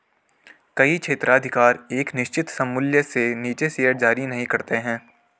कई क्षेत्राधिकार एक निश्चित सममूल्य से नीचे शेयर जारी नहीं करते हैं